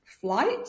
flight